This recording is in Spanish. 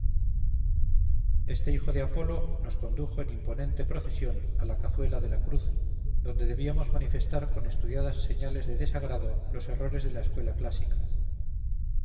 este hijo de apolo nos condujo en imponente procesión a la cazuela de la cruz donde debíamos manifestar con estudiadas señales de desagrado los errores de la escuela clásica